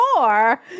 more